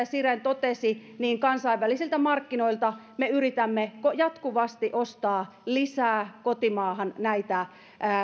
siren totesi kansainvälisiltä markkinoilta me yritämme jatkuvasti ostaa lisää kotimaahan näitä